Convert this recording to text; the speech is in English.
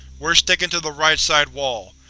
we're sticking to the right-side wall.